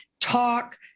talk